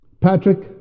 Patrick